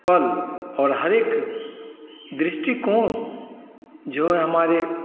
पल और हरेक दृष्टिकोण जो है हमारे